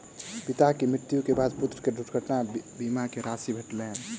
पिता के मृत्यु के बाद पुत्र के दुर्घटना बीमा के राशि भेटलैन